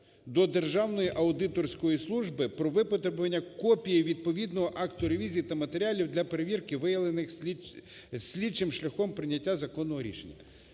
до Державної аудиторської служби про витребування копії відповідного акту ревізії та матеріалів для перевірки, виявлених слідчих шляхом прийняття законного рішення.